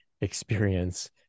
experience